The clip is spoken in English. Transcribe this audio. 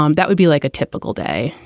um that would be like a typical day.